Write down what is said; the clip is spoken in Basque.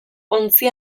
ontzi